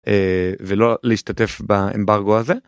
ולא להשתתף באמברגו הזה.